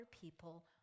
people